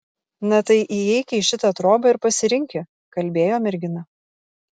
na tai įeiki į šitą triobą ir pasirinki kalbėjo mergina